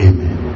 Amen